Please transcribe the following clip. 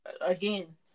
again